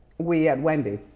we at wendy.